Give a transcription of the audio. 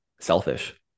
selfish